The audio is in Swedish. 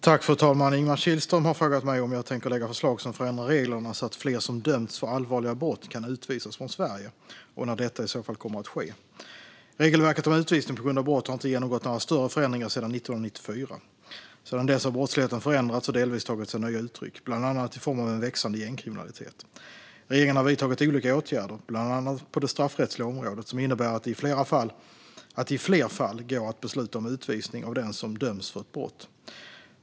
Fru talman! Ingemar Kihlström har frågat mig om jag tänker lägga förslag som förändrar reglerna så att fler som dömts för allvarliga brott kan utvisas från Sverige, och när detta i så fall kommer att ske. Regelverket om utvisning på grund av brott har inte genomgått några större förändringar sedan 1994. Sedan dess har brottsligheten förändrats och delvis tagit sig nya uttryck, bland annat i form av en växande gängkriminalitet. Regeringen har vidtagit olika åtgärder, bland annat på det straffrättsliga området, som innebär att det i fler fall går att besluta om utvisning av den som döms för ett brott.